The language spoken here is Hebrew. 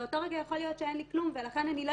באותו רגע יכול להיות שאין לי כלום ולכן אני לא